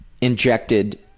Injected